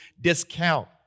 discount